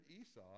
Esau